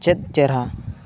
ᱪᱮᱫ ᱪᱮᱨᱦᱟ